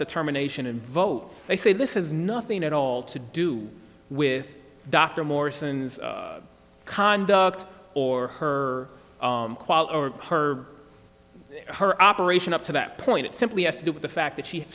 the terminations and vote they say this is nothing at all to do with dr morrison conduct or her qual or her her operation up to that point it simply has to do with the fact that she